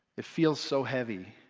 it feels so heavy.